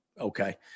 okay